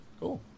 Cool